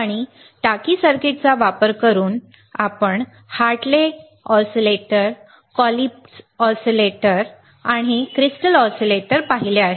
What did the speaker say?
आणि टाकी सर्किटचा वापर करून आम्ही हार्टले बांधले आहे आम्ही कॉल्पिट्स ऑसीलेटर बांधले आहेत मग आम्ही क्रिस्टल ऑसीलेटर पाहिले आहेत